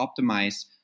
optimize